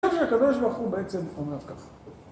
‫אני חושב שהקדוש ברוך הוא בעצם, ‫אומר ככה.